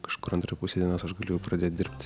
kažkur antrą pusę dienos aš galiu jau pradėti dirbti